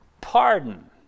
Pardon